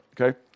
okay